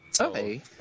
Okay